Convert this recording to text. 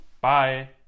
Bye